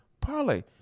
parlay